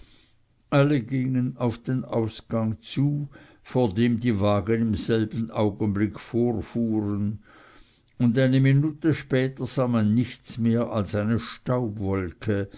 alle gingen auf den ausgang zu vor dem die wagen im selben augenblicke vorfuhren und eine minute später sah man nichts mehr als eine staubwolke